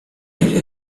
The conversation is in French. est